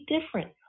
different